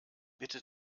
bitte